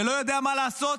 שלא יודע מה לעשות,